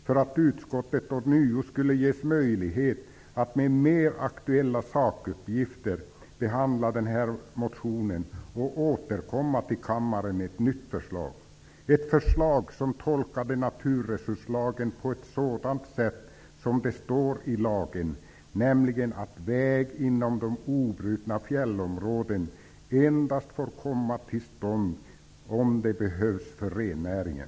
Därigenom får utskottet ånyo möjlighet att med mer aktuella sakuppgifter behandla vår motion och återkomma till kammaren med ett nytt förslag; ett förslag som tolkar naturresurslagen på det sätt som det står i lagen, nämligen att väg inom det obrutna fjällområdet endast får komma till stånd om det behövs för rennäringen.